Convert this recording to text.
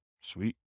Sweet